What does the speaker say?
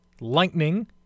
lightning